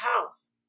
house